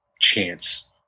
chance